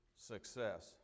success